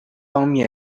方面